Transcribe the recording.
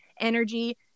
energy